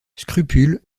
scrupule